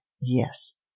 yes